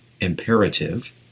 imperative